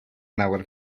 nawr